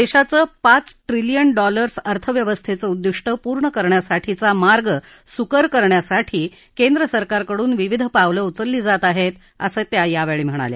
देशाचं पाच trillion dollars अर्थव्यवसंस्थेचं उद्दिष्ट पूर्ण करण्यासाठीचा मार्ग सुकर करण्यासाठी केंद्र सरकारकडून विविध पावलं उचलली जात आहेत असं त्या यावेळी म्हणाल्या